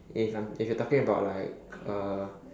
if I'm if you talking about like uh